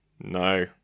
No